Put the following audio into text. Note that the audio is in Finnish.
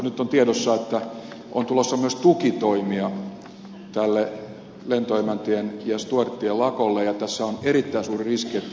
nyt on tiedossa että on tulossa myös tukitoimia lentoemäntien ja stuerttien lakolle ja tässä on erittäin suuri riski että kriisi tulee kärjistymään